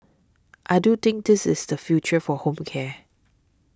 I do think this is the future for home care